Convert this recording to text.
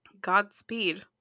Godspeed